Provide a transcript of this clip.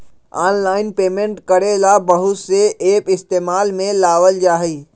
online payment करे ला बहुत से एप इस्तेमाल में लावल जा हई